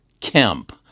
Kemp